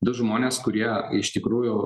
du žmonės kurie iš tikrųjų